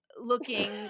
looking